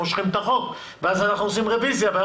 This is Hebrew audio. מושכים את החוק ואז אנחנו עושים רוויזיה.